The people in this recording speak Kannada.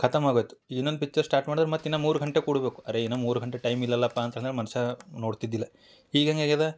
ಕತಮ್ ಆಗೋಯಿತು ಈಗ ಇನ್ನೊಂದು ಪಿಚ್ಚರ್ ಸ್ಟಾರ್ಟ್ ಮಾಡಿದ್ರ ಮತ್ತೆ ಇನ್ನ ಮೂರು ಗಂಟೆ ಕುಡ್ಬಕು ಅರೆ ಇನ್ನ ಮೂರು ಗಂಟೆ ಟೈಮ್ ಇಲ್ಲಲ್ಲಪ್ಪಾ ಅಂತಂದ್ರ ಮನುಷ್ಯ ನೋಡ್ತಿದ್ದಿಲ್ಲ ಈಗ ಹೆಂಗ ಆಗ್ಯದ